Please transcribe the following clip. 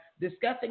discussing